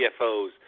CFOs